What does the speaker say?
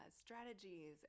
strategies